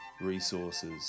resources